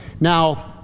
Now